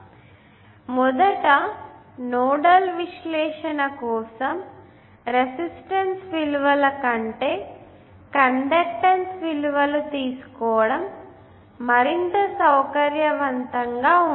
కాబట్టి మొదట నోడల్ విశ్లేషణ కోసం రెసిస్టన్స్ విలువల కంటే కండక్టెన్స్ విలువలు తీసుకోవడం మరింత సౌకర్యవంతంగా ఉంటుంది